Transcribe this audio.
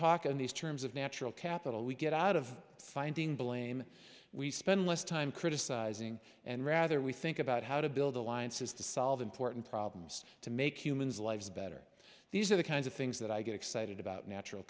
talk in these terms of natural capital we get out of finding blame we spend less time criticizing and rather we think about how to build alliances to solve important problems to make humans lives better these are the kinds of things that i get excited about natural